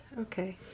Okay